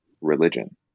religion